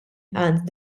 and